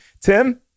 Tim